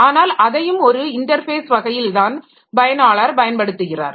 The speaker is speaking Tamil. ஆனால் அதையும் ஒரு இன்டர்ஃபேஸ் வகையில்தான் பயனாளர் பயன்படுத்துகிறார்